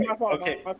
Okay